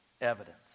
evidence